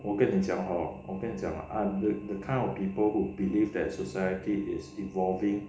我跟你讲 hor 我跟你讲啊 I am the kind of people who believe that society is evolving